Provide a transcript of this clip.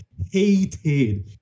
hated